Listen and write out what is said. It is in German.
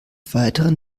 weiteren